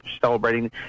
celebrating